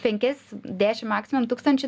penkis dešim maksimum tūkstančių